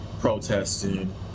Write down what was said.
protesting